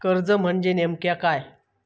कर्ज म्हणजे नेमक्या काय?